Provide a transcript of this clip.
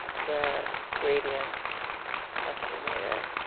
the gradient estimator